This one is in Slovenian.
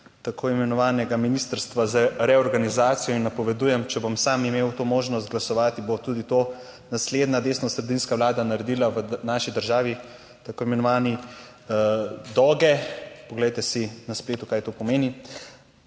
tako imenovanega Ministrstva za reorganizacijo in napovedujem, če bom sam imel to možnost glasovati, bo tudi to naslednja desnosredinska vlada naredila v naši državi tako imenovani DOGE Poglejte si na spletu kaj to pomeni.